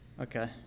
Okay